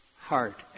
heart